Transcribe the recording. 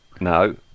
No